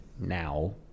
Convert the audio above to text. now